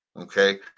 Okay